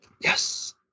Yes